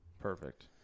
Perfect